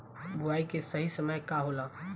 बुआई के सही समय का होला?